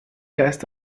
geist